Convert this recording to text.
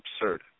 absurd